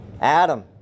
adam